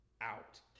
out